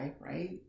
right